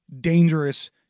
dangerous